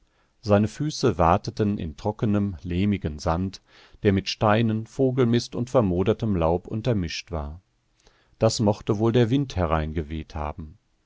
seine füße wateten in trockenem lehmigem sand der mit steinen vogelmist und vermodertem laub untermischt war das mochte wohl der wind hereingeweht haben